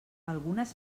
algunes